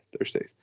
Thursdays